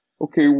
okay